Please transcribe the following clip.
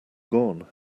gone